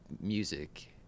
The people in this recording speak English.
music